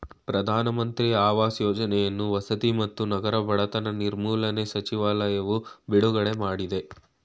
ಪ್ರಧಾನ ಮಂತ್ರಿ ಆವಾಸ್ ಯೋಜನೆಯನ್ನು ವಸತಿ ಮತ್ತು ನಗರ ಬಡತನ ನಿರ್ಮೂಲನೆ ಸಚಿವಾಲಯವು ಬಿಡುಗಡೆ ಮಾಡಯ್ತೆ